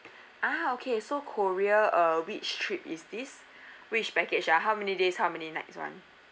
ah okay so korea err which trip is this which package ah how many days how many nights [one]